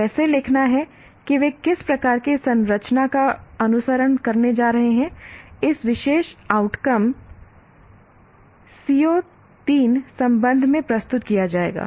कैसे लिखना है कि वे किस प्रकार की संरचना का अनुसरण करने जा रहे हैं इस विशेष आउटकम CO 3संबंध में प्रस्तुत किया जाएगा